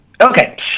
Okay